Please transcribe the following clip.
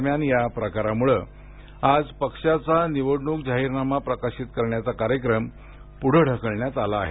दरम्यान या प्रकारामुळ आज पक्षाचा निवडणूक जाहीरनामा प्रकाशित करण्याचा कार्यक्रम पुढ ढकलण्यात आला आहे